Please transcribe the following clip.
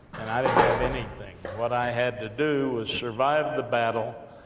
and i didn't have anything. what i had to do, was survive the battle,